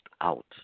out